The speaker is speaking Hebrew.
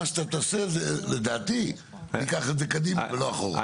אנחנו ניקח את זה קדימה ולא אחורה.